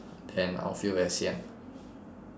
then I'll feel very sian